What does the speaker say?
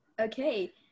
okay